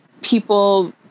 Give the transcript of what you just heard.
people